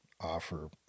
offer